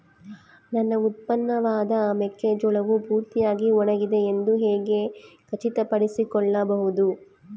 ನನ್ನ ಉತ್ಪನ್ನವಾದ ಮೆಕ್ಕೆಜೋಳವು ಪೂರ್ತಿಯಾಗಿ ಒಣಗಿದೆ ಎಂದು ಹೇಗೆ ಖಚಿತಪಡಿಸಿಕೊಳ್ಳಬಹುದು?